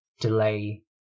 delay